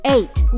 Eight